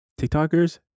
TikTokers